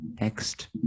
next